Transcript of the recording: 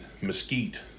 Mesquite